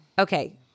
Okay